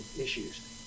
issues